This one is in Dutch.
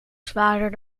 zwaarder